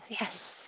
yes